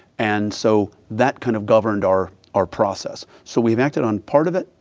and so that kind of governed our our process. so we enacted on part of it.